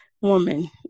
woman